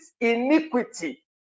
iniquity